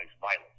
violence